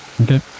Okay